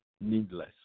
needless